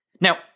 Now